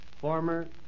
former